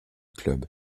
club